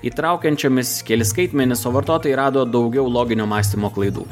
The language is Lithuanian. įtraukiančiomis kelis skaitmenis o vartotojai rado daugiau loginio mąstymo klaidų